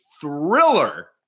thriller